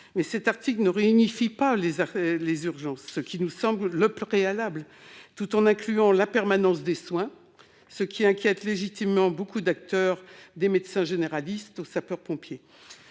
mais cet article n'unifie pas les urgences- cela nous semble pourtant constituer un préalable -, tout en incluant la permanence des soins, ce qui inquiète légitimement beaucoup d'acteurs, des médecins généralistes aux sapeurs-pompiers.